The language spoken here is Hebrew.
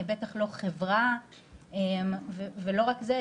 בטח לא חברה ולא רק זה,